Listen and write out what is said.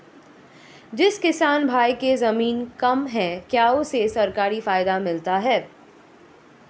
जिस किसान भाई के ज़मीन कम है क्या उसे सरकारी फायदा मिलता है?